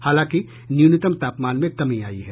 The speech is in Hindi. हालांकि न्यूनतम तापमान में कमी आई है